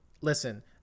listen